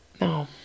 no